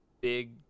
big